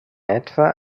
etwa